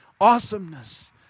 awesomeness